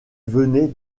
venait